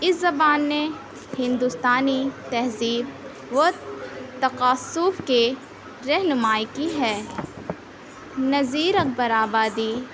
اِس زبان نے ہندوستانی تہذیب و تقاصف کے رہنمائی کی ہے نظیر اکبر آبادی